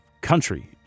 country